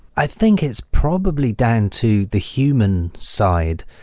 i think it's probably down to the human side.